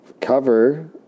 cover